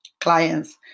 clients